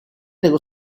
dello